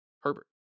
Herbert